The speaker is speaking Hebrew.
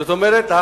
זאת אומרת,